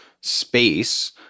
space